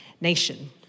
nation